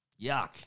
yuck